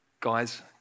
guys